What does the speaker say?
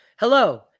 Hello